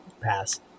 Pass